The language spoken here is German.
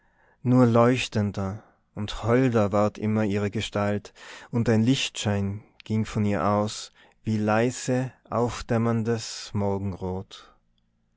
nur leuchtender und holder ward immer ihre gestalt und ein lichtschein ging von ihr aus wie leise aufdämmerndes morgenrot